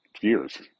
years